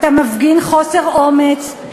אתה מפגין חוסר אומץ,